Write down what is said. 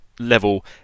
level